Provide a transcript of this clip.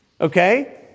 okay